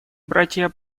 братья